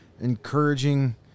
encouraging